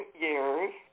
years